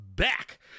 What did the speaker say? back